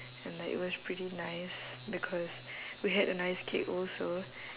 and like it was pretty nice because we had a nice cake also